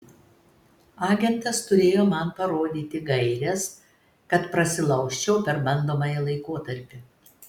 agentas turėjo man parodyti gaires kad prasilaužčiau per bandomąjį laikotarpį